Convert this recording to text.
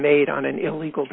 made on an illegal